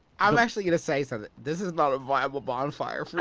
i'm actually gonna say something. this is not a viable bonfire